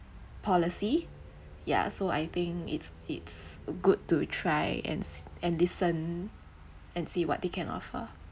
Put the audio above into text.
policy ya so I think it's it's good to try and and listen and see what they can offer